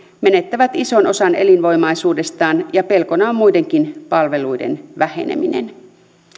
menettävät ison osan elinvoimaisuudestaan ja pelkona on muidenkin palveluiden väheneminen